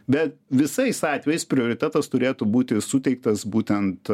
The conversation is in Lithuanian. bet visais atvejais prioritetas turėtų būti suteiktas būtent